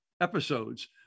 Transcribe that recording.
episodes